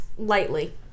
lightly